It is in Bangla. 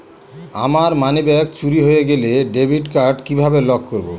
আমার মানিব্যাগ চুরি হয়ে গেলে ডেবিট কার্ড কিভাবে লক করব?